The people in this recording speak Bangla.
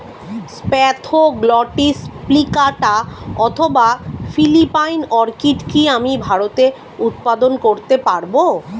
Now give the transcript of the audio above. স্প্যাথোগ্লটিস প্লিকাটা অথবা ফিলিপাইন অর্কিড কি আমি ভারতে উৎপাদন করতে পারবো?